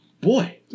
Boy